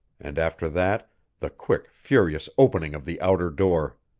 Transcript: and after that the quick, furious opening of the outer door.